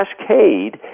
cascade